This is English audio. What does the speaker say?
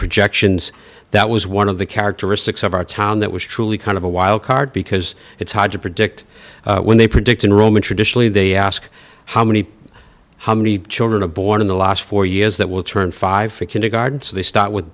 projections that was one of the characteristics of our town that was truly kind of a wild card because it's hard to predict when they predict in roman traditionally they ask how many how many children are born in the last four years that will turn five for kindergarten so they start with